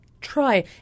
Try